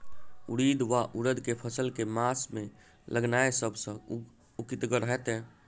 उड़ीद वा उड़द केँ फसल केँ मास मे लगेनाय सब सऽ उकीतगर हेतै?